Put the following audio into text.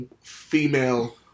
female